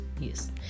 yes